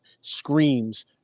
screams